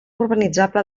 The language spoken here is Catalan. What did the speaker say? urbanitzable